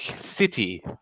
city